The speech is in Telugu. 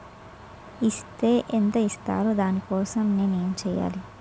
ఇస్ తే ఎంత ఇస్తారు దాని కోసం నేను ఎంచ్యేయాలి?